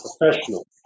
professional